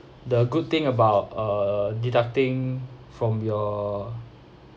the good thing about err deducting from your